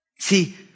See